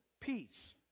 peace